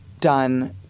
done